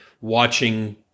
watching